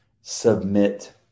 submit